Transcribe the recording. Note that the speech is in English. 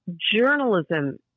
journalism